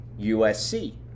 USC